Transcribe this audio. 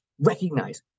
recognize